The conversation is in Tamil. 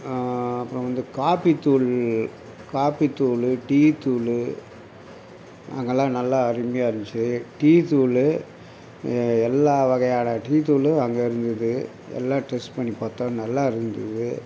அப்புறம் இந்த காபித்தூள் காபித்தூள் டீ தூள் அங்கேல்லாம் நல்லா அருமையாக இருந்துச்சு டீ தூள் எல்லா வகையான டீ தூளும் அங்கே இருந்தது எல்லாம் டெஸ்ட் பண்ணி பார்த்தோம் நல்லா இருந்தது